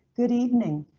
good evening,